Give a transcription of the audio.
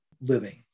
Living